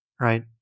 right